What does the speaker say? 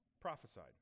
prophesied